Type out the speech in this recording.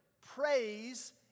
Praise